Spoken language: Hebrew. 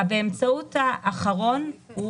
ה"באמצעות" האחרון הוא